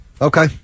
Okay